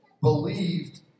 Believed